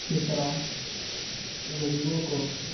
فطرہ غریبوں کو